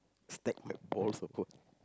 stack my balls or what